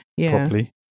properly